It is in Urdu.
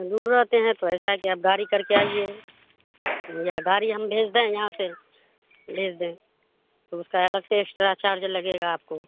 دور رہتے ہیں تو ایسا ہے کہ آپ گاڑی کر کے آئیے یا گاڑی ہم بھیج دیں یہاں سے بھیج دیں تو اس کا الگ سے ایکسٹرا چارج لگے گا آپ کو